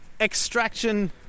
Extraction